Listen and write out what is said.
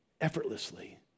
effortlessly